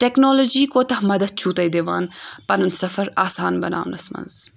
technology کوتاہ مَدَتھ چھُو تۄہہِ دِوان پَنُن سفر آسان بَناونَس منٛز